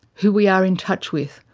who we are in touch with,